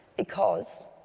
because